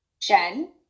Jen